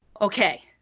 okay